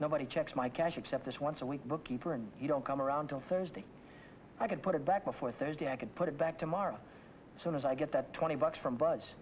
nobody checks my cash except this once a week bookkeeper and you don't come around on thursday i can put it back before thursday i can put it back tomorrow so as i get that twenty bucks from bu